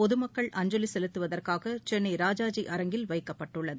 பொது மக்கள் அஞ்சலி செலுத்துவதற்காக சென்னை ராஜாஜி அரங்கில் வைக்கப்பட்டுள்ளது